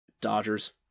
Dodgers